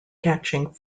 catching